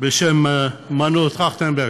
בשם מנואל טרכטנברג,